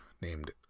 named